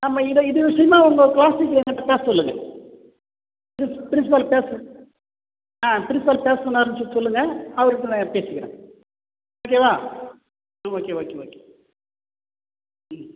ஆமாம் இதை இது சும்மா உங்கள் குவாலிஃபிகேஷனுக்கு தான் சொல்லுங்கள் பிரின்ஸ் பிரின்ஸ்பல் பேச ஆ பிரின்ஸ்பல் பேச சொன்னாருன்னு சொல்லி சொல்லுங்கள் அவருகிட்ட நான் பேசிக்கிறேன் ஓகேவா ஓகே ஓகே ஓகே ம்